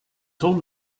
told